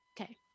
Okay